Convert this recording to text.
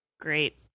Great